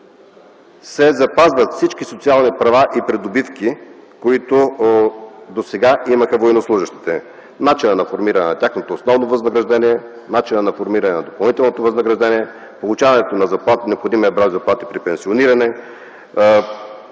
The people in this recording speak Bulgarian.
се запазват всички социални права и придобивки, които имаха досега военнослужещите – начина на формиране на тяхното основно възнаграждение, начина на формиране на допълнителното възнаграждение, получаването на необходимия брой заплати при пенсиониране,